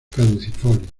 caducifolios